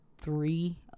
three